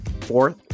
fourth